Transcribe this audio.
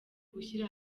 gushyira